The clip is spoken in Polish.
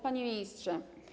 Panie Ministrze!